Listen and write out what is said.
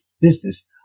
business